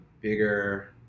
bigger